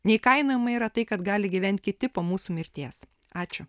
neįkainojama yra tai kad gali gyvent kiti po mūsų mirties ačiū